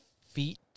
feet